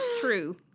True